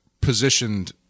positioned –